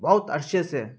بہت عرصے سے